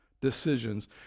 decisions